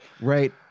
Right